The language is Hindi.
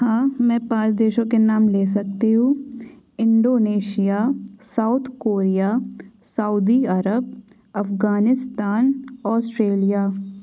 हाँ मैं पाँच देशों के नाम ले सकती हूँ Indonesia South Korea Saudi Arab Afghanistan Australia